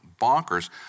bonkers